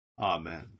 Amen